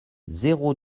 zéro